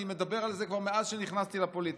אני מדבר על זה כבר מאז שנכנסתי לפוליטיקה.